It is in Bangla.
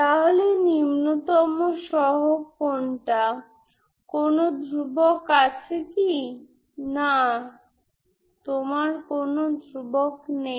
তাহলে কেন আমি একটি টুকরো টুকরো ফাংশন বেছে নেব